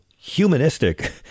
humanistic